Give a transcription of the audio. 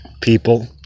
people